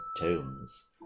tones